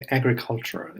agriculture